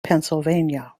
pennsylvania